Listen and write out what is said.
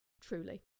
Truly